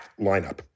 lineup